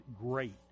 great